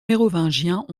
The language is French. mérovingiens